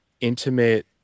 intimate